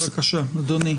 בבקשה, אדוני.